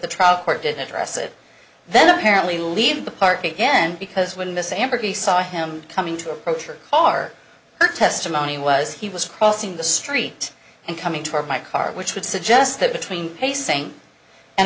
the trial court did address it then apparently leaving the park again because when miss amber he saw him coming to approach her car her testimony was he was crossing the street and coming toward my car which would suggest that between pacing and